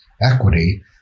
equity